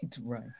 right